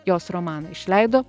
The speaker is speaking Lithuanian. jos romaną išleido